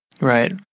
right